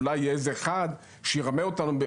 אולי יהיה איזה אחד שירמה אותנו,